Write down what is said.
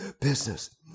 business